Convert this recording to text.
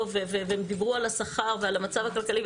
והם דיברו על השכר ועל המצב הכלכלי,